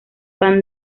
van